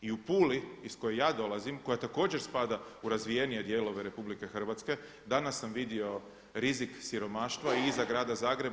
I u Puli iz koje ja dolazim koja također spada u razvijenije dijelove RH danas sam vidio rizik siromaštva i iza grada Zagreba.